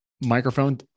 microphone